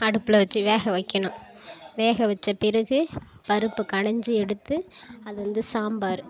அடுப்பில் வச்சு வேக வைக்கணும் வேக வச்சு பிறகு பருப்பு கடைஞ்சி எடுத்து அது வந்து சாம்பார்